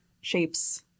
shapes